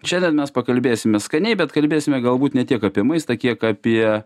šiandien mes pakalbėsime skaniai bet kalbėsime galbūt ne tiek apie maistą kiek apie